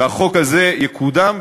והחוק הזה יקודם,